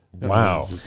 Wow